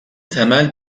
temel